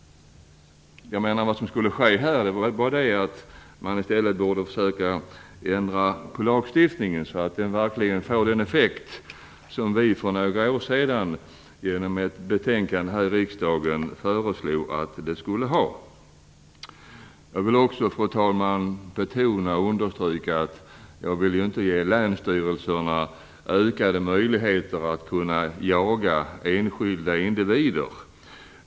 Man borde i stället försöka att ändra på lagstiftningen så att den verkligen får den effekt som vi för några år sedan, genom ett betänkande här i riksdagen, föreslog att den skulle ha. Fru talman! Jag vill också understryka att jag inte vill ge länsstyrelserna ökade möjligheter att kunna jaga enskilda individer.